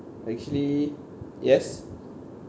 actually yes